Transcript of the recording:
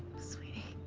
sweetie,